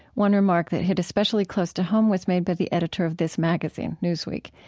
one remark that hit especially close to home was made by the editor of this magazine, newsweek.